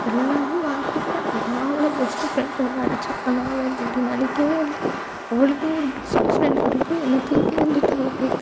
எல்லாம் வாங்கிக் கொடுப்பேன் நான் அவளை பெஸ்ட்டு ஃப்ரெண்டாக நெனைச்சேன் ஆனால் அவள் என்னை அப்படி நினைக்கவே இல்லை அவளுக்குனு ஒரு பெஸ்ட்டு ஃப்ரெண்டு கிடைக்கவும் என்னை தூக்கி எறிஞ்சிட்டு அவள் போய்ட்டாள்